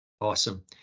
Awesome